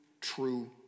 true